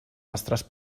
nostres